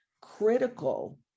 critical